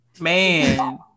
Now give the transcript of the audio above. Man